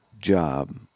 job